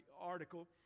article